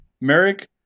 Merrick